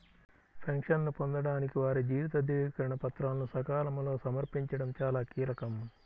పెన్షన్ను పొందడానికి వారి జీవిత ధృవీకరణ పత్రాలను సకాలంలో సమర్పించడం చాలా కీలకం